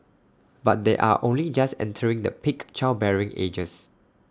but they are only just entering the peak childbearing ages